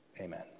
Amen